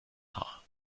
haar